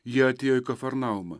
jie atėjo į kafarnaumą